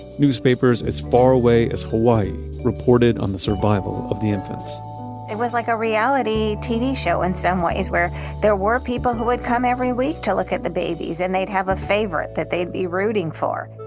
newspapers as far away as hawaii reported on the survival of the infants it was like a reality tv show in some ways where there were people who would come every week to look at the babies and they'd have a favorite that they'd be rooting for